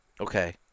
Okay